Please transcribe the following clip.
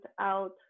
out